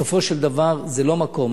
בסופו של דבר זה לא מקום.